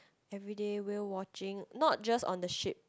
everyday whale watching not just on the ship